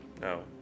No